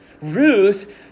Ruth